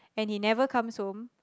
and he never comes home